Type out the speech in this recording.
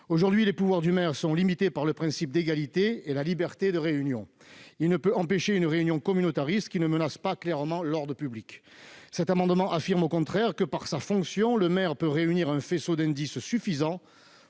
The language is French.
Aujourd'hui, les pouvoirs du maire sont limités par le principe d'égalité et la liberté de réunion. Il ne peut empêcher une réunion communautariste qui ne menace pas clairement l'ordre public. Cet amendement affirme au contraire que, par sa fonction, le maire peut réunir un faisceau d'indices suffisant